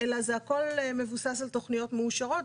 אלא זה הכל מבוסס על תכניות מאושרות.